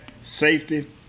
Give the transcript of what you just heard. safety